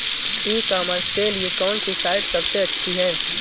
ई commerce के लिए कौनसी साइट सबसे अच्छी है?